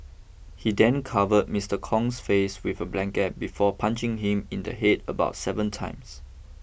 he then covered Mister Kong's face with a blanket before punching him in the head about seven times